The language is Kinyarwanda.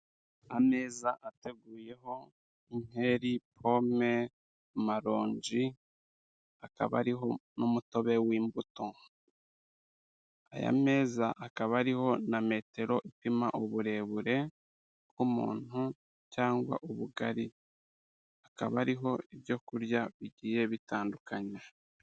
Ameza ateguyeho inkeri, pome, amaronji, akaba ariho n'umutobe w'imbuto. Aya meza akaba ariho na metero ipima uburebure bw'umuntu cyangwa ubugari akaba ariho ibyo kurya bigiye bitandukanye.